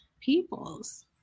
peoples